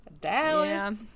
Dallas